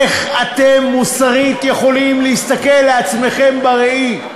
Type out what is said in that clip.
איך אתם מוסרית יכולים להסתכל על עצמכם בראי?